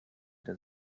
der